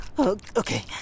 Okay